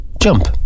jump